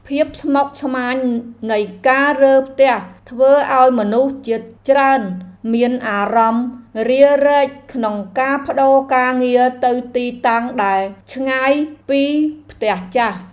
ភាពស្មុគស្មាញនៃការរើផ្ទះធ្វើឱ្យមនុស្សជាច្រើនមានអារម្មណ៍រារែកក្នុងការប្ដូរការងារទៅទីតាំងដែលឆ្ងាយពីផ្ទះចាស់។